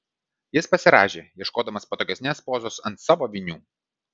jis pasirąžė ieškodamas patogesnės pozos ant savo vinių